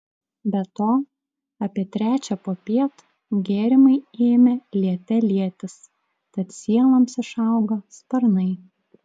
be to apie trečią popiet gėrimai ėmė liete lietis tad sieloms išaugo sparnai